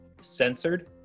censored